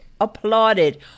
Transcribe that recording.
applauded